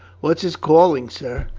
what's his calling, sir?